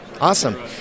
Awesome